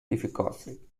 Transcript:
difficulty